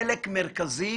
לחלק מרכזי